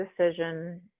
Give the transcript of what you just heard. decision